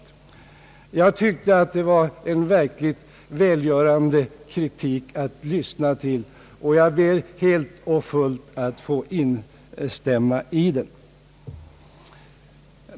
Jag tyckte att det var verkligt välgörande att lyssna till denna kritik, och jag ber att helt och hållet få instämma i den.